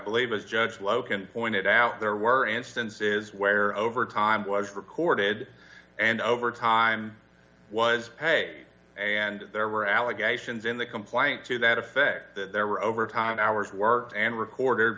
believe as judge loken pointed out there were instances where overtime was recorded and overtime was pay and there were allegations in the complaint to that effect that there were overtime hours work and recorde